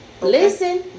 listen